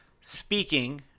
speaking